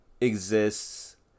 exists